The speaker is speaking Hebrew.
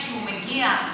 כשהוא מגיע,